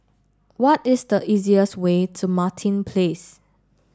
what is the easiest way to Martin Place